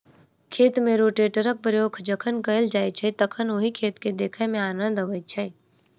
खेत मे रोटेटरक प्रयोग जखन कयल जाइत छै तखन ओहि खेत के देखय मे आनन्द अबैत छै